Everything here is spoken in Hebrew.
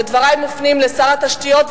ודברי מופנים לשר התשתיות,